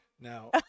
Now